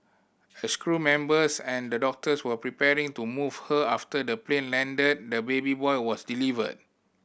as crew members and the doctors were preparing to move her after the plane landed the baby boy was delivered